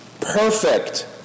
perfect